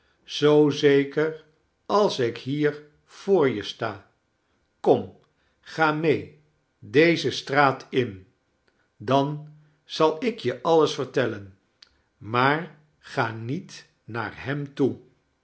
zoo zeker als ik hier voor je sta kom ga mee deze straat in den zal ik je alles vertellen maar ga niet naar hem toe